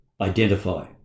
identify